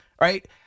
Right